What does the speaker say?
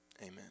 Amen